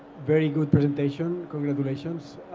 very good presentation. congratulations.